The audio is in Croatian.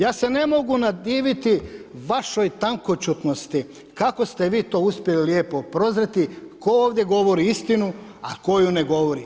Ja se ne mogu nadiviti vašoj tankoćutnosti kako ste vi to uspjeli lijepo prozreti tko ovdje govori istinu, a tko ju ne govori.